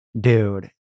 Dude